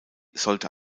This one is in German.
sollte